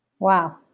Wow